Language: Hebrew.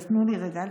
אז תנו לי רגע,